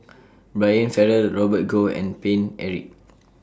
Brian Farrell Robert Goh and Paine Eric